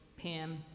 pam